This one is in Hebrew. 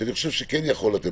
שאני חושב שכן יכול לתת.